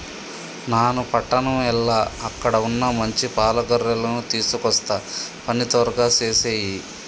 నాను పట్టణం ఎల్ల అక్కడ వున్న మంచి పాల గొర్రెలను తీసుకొస్తా పని త్వరగా సేసేయి